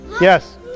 Yes